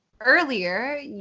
Earlier